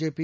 JP